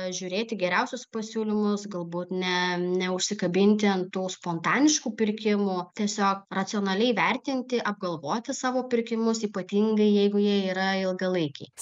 žiūrėti geriausius pasiūlymus galbūt ne neužsikabinti ant tų spontaniškų pirkimų tiesiog racionaliai vertinti apgalvoti savo pirkimus ypatingai jeigu jie yra ilgalaikiai